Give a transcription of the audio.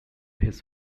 his